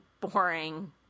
boring